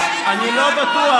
אז אני לא בטוח,